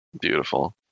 beautiful